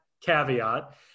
caveat